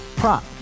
prop